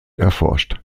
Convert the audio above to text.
erforscht